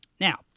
Now